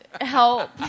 help